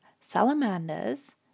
salamanders